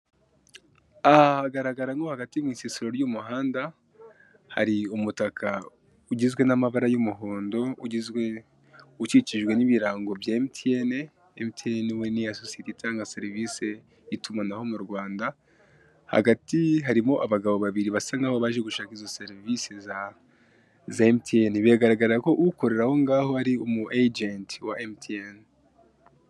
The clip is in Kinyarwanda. Aha hagaragaramo hagati mu isisiro ry'umuhanda hari umutaka ugizwe n'amabara y'umuhondo ukikijwe n'ibirango bya emutiyene, emutiyene niya sosiyete itanga serivise y'itumanaho m'U Rwanda, hagati harimo abagabo babiri basa nkaho baje gusaba serivise za emutiyeni biragaragara ko ukorera aho ari umu ejenti wa emutiyeni.